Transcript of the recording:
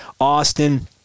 Austin